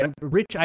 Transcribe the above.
Rich